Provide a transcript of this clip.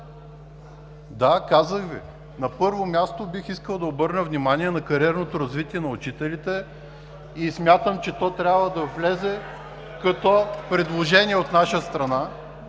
Да, казах Ви. На първо място, бих искал да обърна внимание на кариерното развитие на учителите и смятам, че то трябва да влезе като предложение от наша страна.